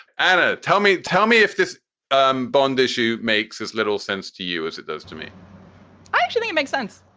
and ah tell me tell me if this um bond issue makes as little sense to you as it does to me actually, it makes sense.